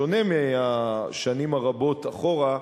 בשונה מהשנים הרבות אחורה,